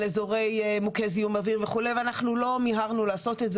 אזורי מוכי זיהום אוויר וכו' ואנחנו לא מיהרנו לעשות את זה.